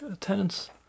tenants